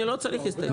אני לא צריך הסתייגות.